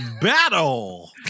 Battle